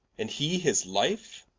and he his life?